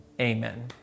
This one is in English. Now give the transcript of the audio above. amen